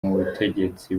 butegetsi